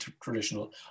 traditional